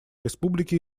республики